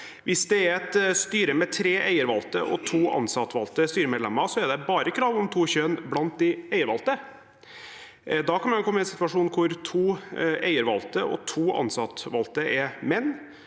Hvis det er et styre med tre eiervalgte og to ansattvalgte styremedlemmer, er det bare blant de eiervalgte det er krav om to kjønn. Da kan man komme i en situasjon hvor to eiervalgte og to ansattvalgte er menn